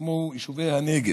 כמו יישובי הנגב.